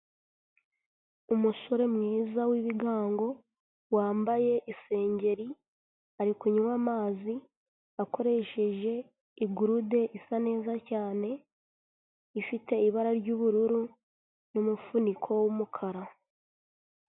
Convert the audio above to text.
Umusore mwiza w'ibigango wambaye isengeri ari kunywa amazi akoresheje igurude isa neza cyane ifite ibara ry'ubururu n'umufuniko w'umukara.